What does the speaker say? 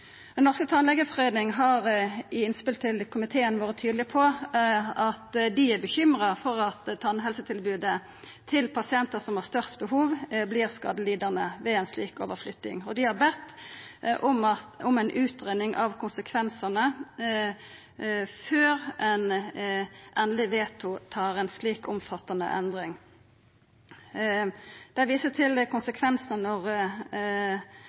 Den norske tannlegeforening har i innspel til komiteen vore tydeleg på at ein er bekymra for at tannhelsetilbodet til dei pasientane som har størst behov, vert skadelidande ved ei slik overflytting, og dei har bedt om ei utgreiing av konsekvensane før ein endeleg vedtar ei så omfattande endring. Dei viser til